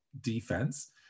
defense